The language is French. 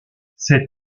cette